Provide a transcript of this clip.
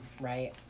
right